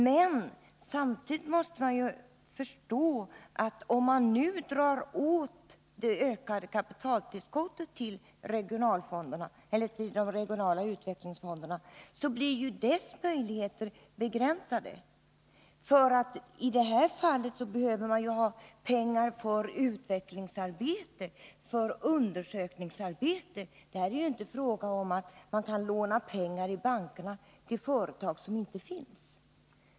Men samtidigt måste vi inse att om man nu drar in på ökningen av kapitaltillskottet till de regionala utvecklingsfonderna, så blir deras möjligheter begränsade. I det här fallet behöver man pengar för utvecklingsarbete, för undersökningsarbete. Det är inte fråga om att låna pengar i bankerna till företag som inte finns.